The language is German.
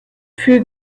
für